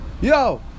Yo